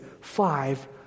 five